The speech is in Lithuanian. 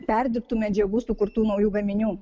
perdirbtų medžiagų sukurtų naujų gaminių